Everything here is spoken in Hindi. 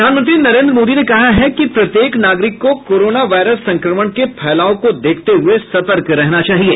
प्रधानमंत्री नरेन्द्र मोदी ने कहा है कि प्रत्येक नागरिक को कोरोना वायरस संक्रमण के फैलाव को देखते हुए सतर्क रहना चाहिए